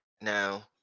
now